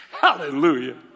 hallelujah